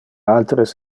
alteres